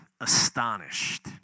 astonished